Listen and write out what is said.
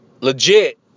legit